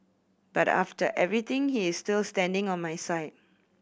but after everything he is still standing on my side